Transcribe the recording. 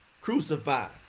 crucified